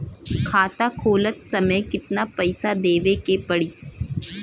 खाता खोलत समय कितना पैसा देवे के पड़ी?